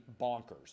bonkers